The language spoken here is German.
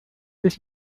ist